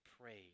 prayed